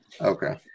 Okay